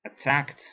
attacked